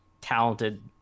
talented